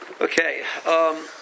Okay